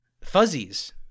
fuzzies